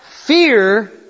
Fear